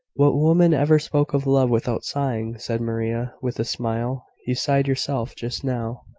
what woman ever spoke of love without sighing? said maria, with a smile. you sighed yourself, just now.